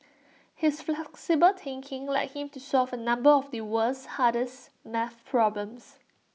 his flexible thinking led him to solve A number of the world's hardest math problems